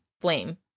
flame